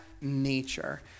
nature